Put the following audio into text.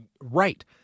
Right